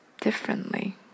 differently